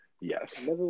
Yes